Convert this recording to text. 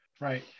Right